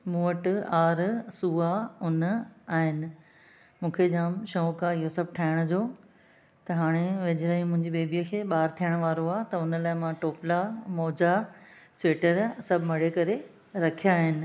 मूं वटि आर सुआ ऊन आहिनि मूंखे जामु शौक़ु आहे इहो सभु ठाहिण जो त हाणे वेझराई मुंहिंजे बेबीअ खे ॿारु थियणु वारो आहे त उन लाइ मां टोपला मोजा स्वेटर सभु मणे करे रखिया आहिनि